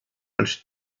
und